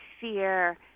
fear